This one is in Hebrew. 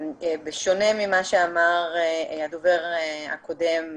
בשונה ממה שאמר הדובר הקודם,